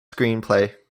screenplay